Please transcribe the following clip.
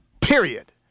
period